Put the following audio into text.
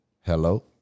Hello